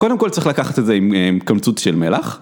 קודם כל צריך לקחת את זה עם קמצוץ של מלח